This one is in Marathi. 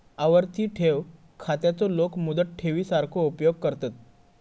आवर्ती ठेव खात्याचो लोक मुदत ठेवी सारखो उपयोग करतत